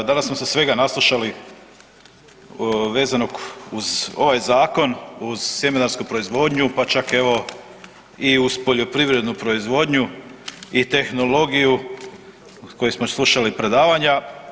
Danas smo se svega naslušali vezanog uz ovaj zakon, uz sjemenarsku proizvodnju, pa čak evo i uz poljoprivrednu proizvodnju i tehnologiju od koje smo slušali predavanja.